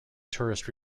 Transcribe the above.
tourist